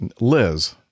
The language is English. Liz